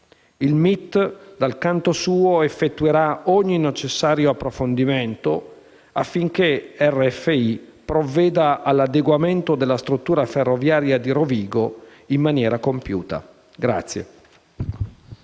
Il MIT, dal canto suo, effettuerà ogni necessario approfondimento affinché RFI provveda all'adeguamento della struttura ferroviaria di Rovigo in maniera compiuta.